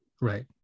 Right